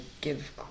give